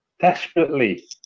desperately